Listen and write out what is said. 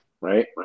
Right